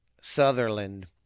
Sutherland